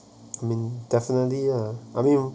mean definitely ah I mean